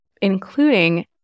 including